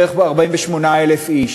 בערך 48,000 איש.